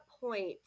point